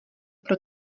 pro